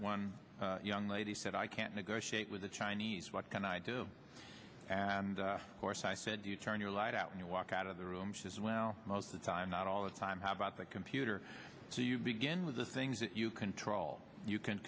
one young lady said i can't negotiate with the chinese what can i do and course i said do you turn your lights out when you walk out of the room she says well most of the time not all the time how about the computer so you begin with the things that you control you can